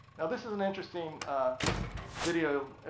now this is an interesting video.